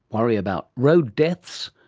worry about road deaths,